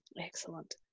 Excellent